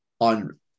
on